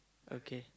okay